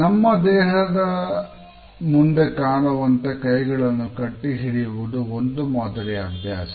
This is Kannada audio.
ನಮ್ಮ ದೇಹದ ಮುಂದೆ ಕಾಣುವಂತೆ ಕೈಗಳನ್ನು ಕಟ್ಟಿ ಹಿಡಿಯುವುದು ಒಂದು ಮಾದರಿಯ ಅಭ್ಯಾಸ